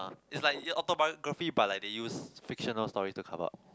uh is like just autobiography but like they use fictional story to cover up